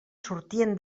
sortien